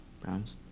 Browns